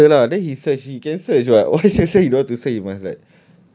yang the colour lah then he search he can search [what] why cari-cari don't want to say he must like